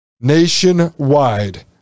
nationwide